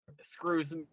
screws